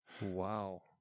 Wow